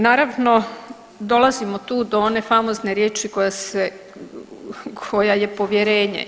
Naravno dolazimo tu do one famozne riječi koja je povjerenje.